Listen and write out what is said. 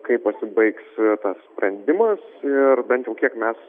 kaip pasibaigs tas sprendimas ir bent jau kiek mes